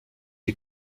die